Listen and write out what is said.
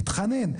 מתחנן.